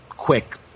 quick